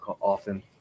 often